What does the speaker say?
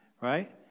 Right